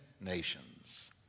Nations